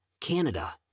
Canada